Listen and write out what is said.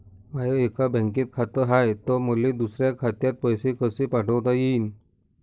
माय एका बँकेत खात हाय, त मले दुसऱ्या खात्यात पैसे कसे पाठवता येईन?